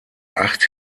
acht